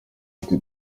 ati